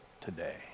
today